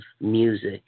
music